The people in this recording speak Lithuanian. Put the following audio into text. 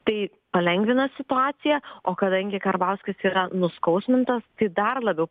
tai palengvina situaciją o kadangi karbauskis yra nuskausmintas tai dar labiau